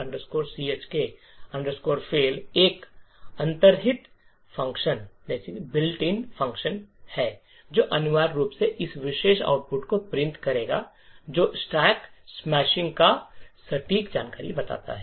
अब stack chk fail एक अंतर्निहित फ़ंक्शन है जो अनिवार्य रूप से इस विशेष आउटपुट को प्रिंट करेगा जो स्टैक मुंहतोड़ का सटीक जानकारी बताता है